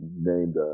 named